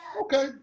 Okay